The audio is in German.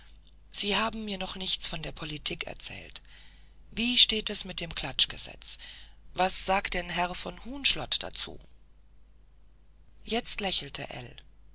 sie haben mir noch nichts von der politik erzählt wie steht es mit dem klatschgesetz was sagt denn herr von huhnschlott dazu jetzt lächelte